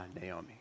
Naomi